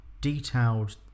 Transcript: detailed